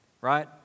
Right